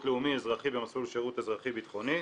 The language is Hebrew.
לאומי אזרחי במסלול שירות אזרחי ביטחוני'.